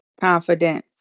confidence